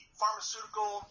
pharmaceutical